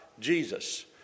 Jesus